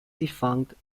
defunct